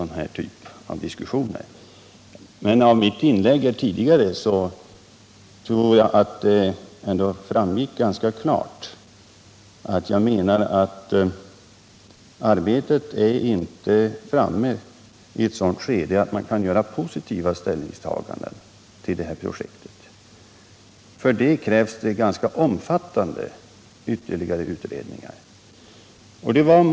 Av mitt tidigare inlägg tror jag det framgick ganska klart att jag menar att arbetet inte är så långt framskridet att man kan göra positiva ställningstaganden till det här projektet. Härför krävs det ytterligare utredningar av ganska omfattande karaktär.